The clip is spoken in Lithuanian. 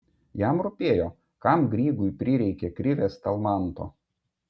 jam rūpėjo kam grygui prireikė krivės talmanto